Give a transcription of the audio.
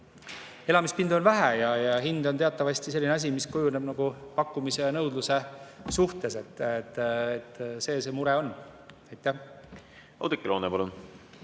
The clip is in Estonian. Elamispindu on vähe ja hind on teatavasti selline asi, mis kujuneb pakkumise ja nõudluse suhtena. See see mure on.